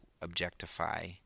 objectify